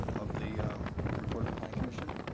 of the report of the planning commission.